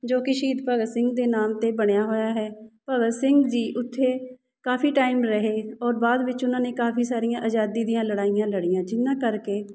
ਜੋ ਕਿ ਸ਼ਹੀਦ ਭਗਤ ਸਿੰਘ ਦੇ ਨਾਮ 'ਤੇ ਬਣਿਆ ਹੋਇਆ ਹੈ ਭਗਤ ਸਿੰਘ ਜੀ ਉੱਥੇ ਕਾਫੀ ਟਾਈਮ ਰਹੇ ਔਰ ਬਾਅਦ ਵਿੱਚ ਉਹਨਾਂ ਨੇ ਕਾਫੀ ਸਾਰੀਆਂ ਆਜ਼ਾਦੀ ਦੀਆਂ ਲੜਾਈਆਂ ਲੜੀਆਂ ਜਿਨ੍ਹਾਂ ਕਰਕੇ